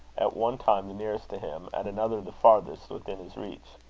at one time the nearest to him, at another the farthest within his reach.